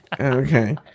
Okay